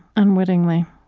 unwittingly.